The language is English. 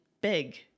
big